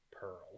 pearl